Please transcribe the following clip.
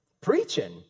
Preaching